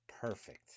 Perfect